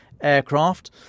aircraft